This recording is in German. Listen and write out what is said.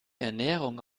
ernährung